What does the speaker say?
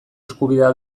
eskubidea